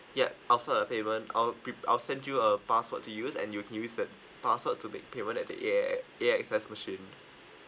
yup after the payment I'll pre~ I'll send you a password to you and you can use that password to make payment at the A~ A_X_S machine